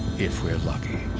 if we're lucky.